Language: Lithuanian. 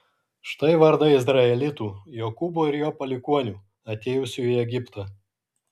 štai vardai izraelitų jokūbo ir jo palikuonių atėjusių į egiptą